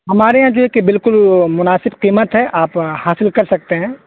ہمارے یہاں جو یہ کہ بالکل وہ مناسب قیمت ہے آپ حاصل کر سکتے ہیں